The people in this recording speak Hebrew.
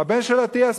הבן של אטיאס,